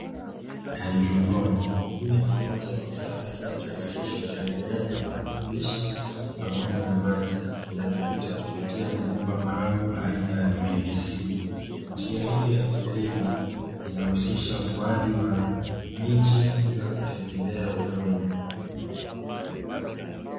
Haidroponi, hiki ni kilimo cha kisasa kinachohusisha uchanganyaji wa virutubisho pamoja na maji vinavyopita kupitia mabomba maalumu aina ya 'Pivisi. Njia hii ya kilimo inahusisha ukuaji wa miche bila kutegemea udongo.